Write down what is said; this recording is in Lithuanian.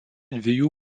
dviejų